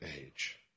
age